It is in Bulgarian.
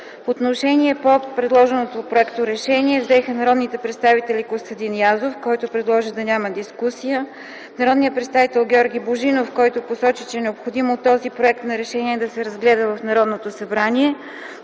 Отношение по предложеното проекторешение взеха народните представители Костадин Язов, който предложи да няма дискусия, народният представител Георги Божинов, който посочи, че е необходимо този проект на решение да се разгледа в Народното събрание